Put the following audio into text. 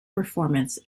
performance